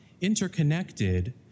interconnected